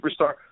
superstar